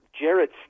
Jarrett